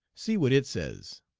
see what it says